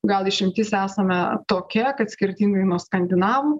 gal išimtis esame tokia kad skirtingai nuo skandinavų